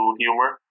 humor